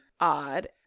odd